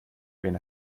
wenn